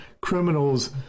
criminals